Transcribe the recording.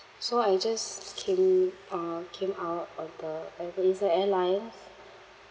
so I just came uh came out of the uh but it's the airlines